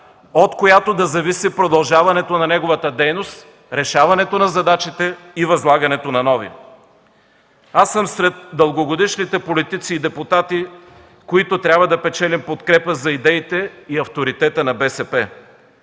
от която да зависи продължаването на неговата дейност, решаването на задачите и възлагането на нови. Аз съм сред дългогодишните политици и депутати, които трябва да печелим подкрепа за идеите и авторитета на БСП,